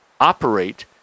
operate